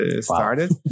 started